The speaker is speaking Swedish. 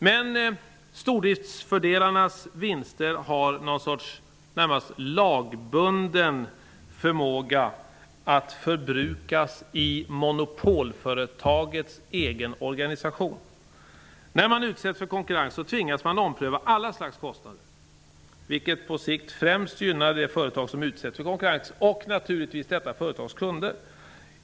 Men stordriftsfördelarnas vinster har ett slags lagbunden förmåga att förbrukas i monopolföretagets egen organisation. När man utsätts för konkurrens tvingas man ompröva alla slags kostnader, vilket på sikt främst gynnar det företag som utsätts för konkurrensen. Naturligtvis gynnar det även detta företags kunder.